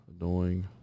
annoying